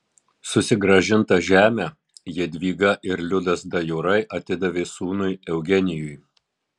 susigrąžintą žemę jadvyga ir liudas dajorai atidavė sūnui eugenijui